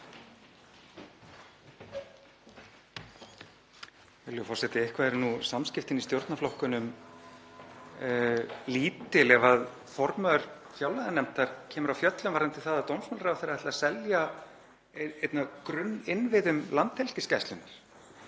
Virðulegur forseti. Eitthvað eru nú samskiptin í stjórnarflokkunum lítil ef formaður fjárlaganefndar kemur af fjöllum varðandi það að dómsmálaráðherra ætli að selja einn af grunninnviðum Landhelgisgæslunnar.